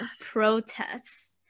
protests